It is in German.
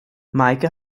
meike